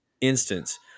instance